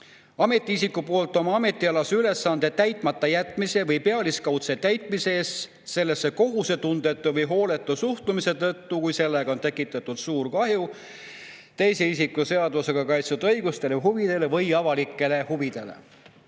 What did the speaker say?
ametiisiku poolt oma ametialase ülesande täitmata jätmise või pealiskaudse täitmise eest sellesse kohusetundetu või hooletu suhtumise tõttu, kui sellega on tekitatud suur kahju teise isiku seadusega kaitstud õigustele või huvidele või avalikele huvidele.